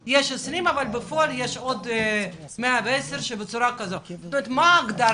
יש 20 אבל בפועל יש עוד 110. מה ההגדרה?